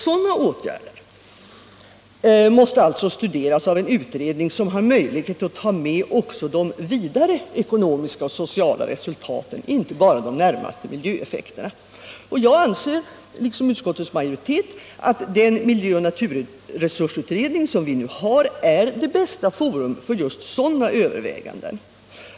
Sådana åtgärder måste alltså studeras av en utredning som har möjlighet att ta med också de vidare ekonomiska och sociala resultaten, inte bara de närmaste miljöeffekterna. Jag anser, liksom utskottets majoritet, att den miljöoch naturresursutredning vi nu har är det bästa forum för just sådana överväganden.